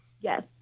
Yes